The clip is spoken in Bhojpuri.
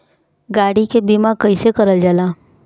गाड़ी के बीमा कईसे करल जाला?